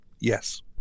Yes